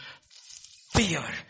fear